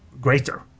greater